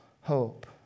hope